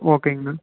ஓகேங்கண்ணா